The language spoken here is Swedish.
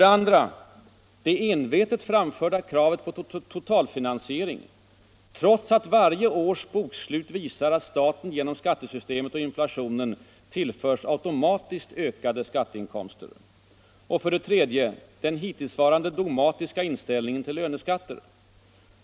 Det envetet framförda kravet på totalfinansiering, trots att varje års bokslut visar att staten genom skattesystemet och inflationen tillförs automatiskt ökade skatteinkomster. 3. Den hittillsvarande dogmatiska inställningen till löneskatter.